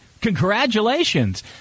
Congratulations